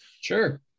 Sure